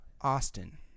Austin